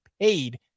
paid